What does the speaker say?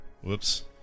whoops